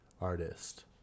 artist